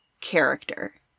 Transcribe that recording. character